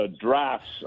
drafts